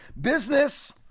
business